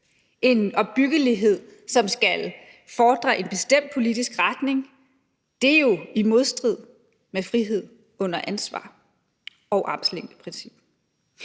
en opbyggelighed, som skal fordre en bestemt politisk retning. Det er jo i modstrid med frihed under ansvar og armslængdeprincippet.